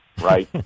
right